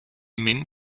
minh